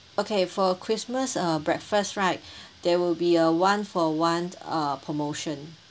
okay for Christmas uh breakfast right there will be a one for one promotion